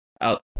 out